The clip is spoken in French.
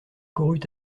courut